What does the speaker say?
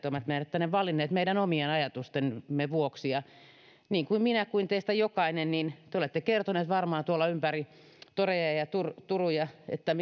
ovat äänestäjät tänne valinneet meidän omien ajatustemme vuoksi ja niin kuin minä varmaan teistä jokainen on kertonut tuolla ympäri toreilla ja turuilla